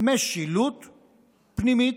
משילות פנימית,